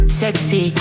sexy